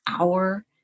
hour